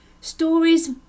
Stories